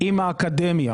עם האקדמיה